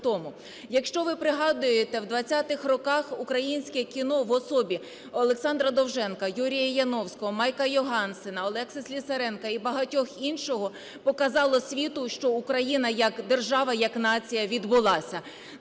Якщо ви пригадуєте, у 20-х роках українське кіно в особі Олександра Довженка, Юрія Яновського, Майка Йогансена, Олекси Слісаренка і багатьох інших показало світу, що Україна як держава, як нація відбулася.